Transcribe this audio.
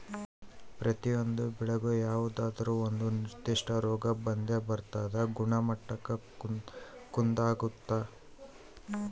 ಪ್ರತಿಯೊಂದು ಬೆಳೆಗೂ ಯಾವುದಾದ್ರೂ ಒಂದು ನಿರ್ಧಿಷ್ಟ ರೋಗ ಬಂದೇ ಬರ್ತದ ಗುಣಮಟ್ಟಕ್ಕ ಕುಂದಾಗುತ್ತ